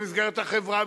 במסגרת החברה,